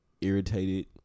irritated